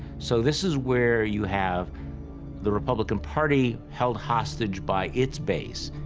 so, this is where you have the republican party held hostage by its base,